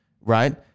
right